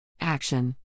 Action